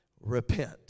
Repent